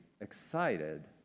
excited